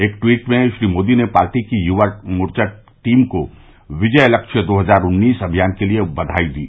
एक ट्वीट में श्री मोदी ने पार्टी की युवा मोर्चा टीम को विजय लक्ष्य दो हजार उन्नीस अभियान के लिए बघाई दी